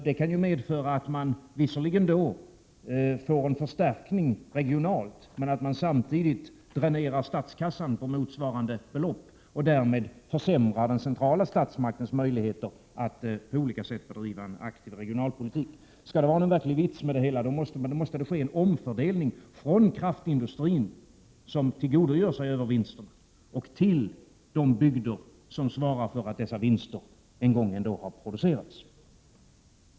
Det kan ju medföra att man visserligen då får en förstärkning regionalt men att man samtidigt dränerar statskassan på motsvarande belopp och därmed försämrar den centrala statsmaktens möjligheter att på olika sätt bedriva en aktiv regionalpolitik. Skall det vara någon verklig vits med det hela, måste det ske en omfördelning från kraftindustrin, som tillgodogör sig övervinsterna, till de bygder som svarat för att dessa vinster en gång har producerats.